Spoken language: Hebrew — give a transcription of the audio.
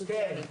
כולל אני,